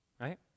right